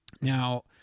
Now